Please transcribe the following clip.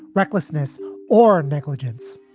recklessness or negligence.